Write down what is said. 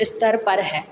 स्तर पर है